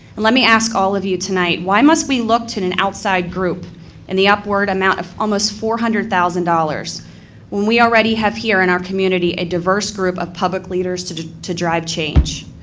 and let me ask all of you tonight, why must we look to an outside group in the upward amount of almost four hundred thousand dollars when we already have here in our community a diverse group of public leaders to to drive change?